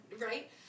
right